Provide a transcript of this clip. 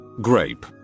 Grape